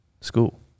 school